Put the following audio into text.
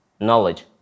knowledge